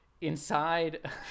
inside